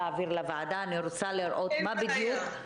מדייקת.